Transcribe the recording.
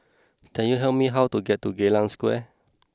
can you help me how to get to Geylang Square